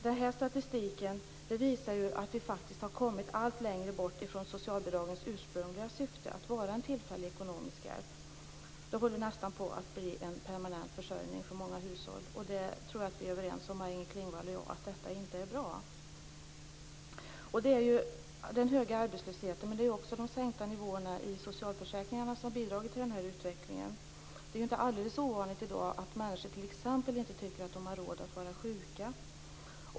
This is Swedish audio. Den här statistiken visar att vi faktiskt har kommit allt längre bort från socialbidragens ursprungliga syfte att vara en tillfällig ekonomisk hjälp. Det håller nästan på att bli en permanent försörjning för många hushåll. Jag tror att Maj-Inger Klingvall och jag är överens om att det inte är bra. Det är ju den höga arbetslösheten men även de sänkta nivåerna i socialförsäkringarna som har bidragit till den här utvecklingen. Det är ju inte alldeles ovanligt i dag att människor t.ex. inte tycker att de har råd att vara sjuka.